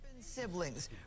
Siblings